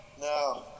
No